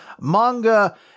manga